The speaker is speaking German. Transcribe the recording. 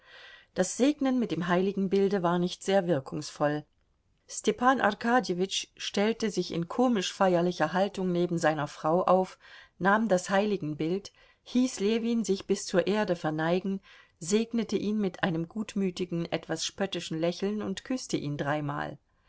das segnen mit dem heiligenbilde war nicht sehr wirkungsvoll stepan arkadjewitsch stellte sich in komisch feierlicher haltung neben seiner frau auf nahm das heiligenbild hieß ljewin sich bis zur erde verneigen segnete ihn mit einem gutmütigen etwas spöttischen lächeln und küßte ihn dreimal